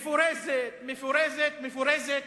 מפורזת, מפורזת, מפורזת.